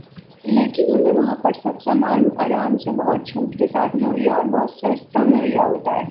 لیکن ہمیں وہاں پر سب سامان آرام سے بہت چھوٹ کے ساتھ مہیا اور بہت سستا مہیا ہوتا ہے